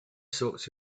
sorts